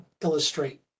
illustrate